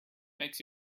makes